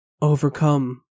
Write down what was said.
overcome